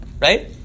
Right